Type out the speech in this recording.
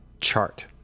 chart